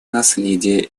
наследия